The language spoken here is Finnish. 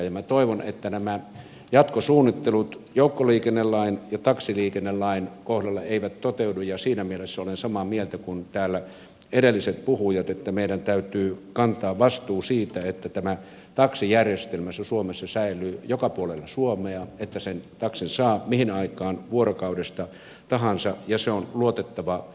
minä toivon että nämä jatkosuunnittelut joukkoliikennelain ja taksiliikennelain kohdalla eivät toteudu ja siinä mielessä olen samaa mieltä kuin täällä edelliset puhujat että meidän täytyy kantaa vastuu siitä että taksijärjestelmä suomessa säilyy joka puolella suomea niin että sen taksin saa mihin aikaan vuorokaudesta tahansa ja se on luotettava ja turvallinen